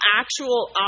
actual